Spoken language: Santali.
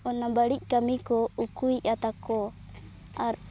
ᱚᱱᱟ ᱵᱟᱹᱲᱤᱡ ᱠᱟᱹᱢᱤ ᱠᱚ ᱩᱠᱩᱭᱮᱫᱼᱟ ᱛᱟᱠᱚ ᱟᱨ